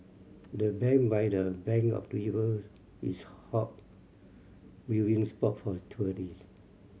the bench by the bank of the river is hot viewing spot for tourist